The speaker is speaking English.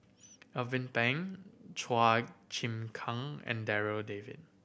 Alvin Pang Chua Chim Kang and Darryl David